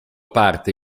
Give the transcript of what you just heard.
parte